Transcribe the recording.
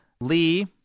Lee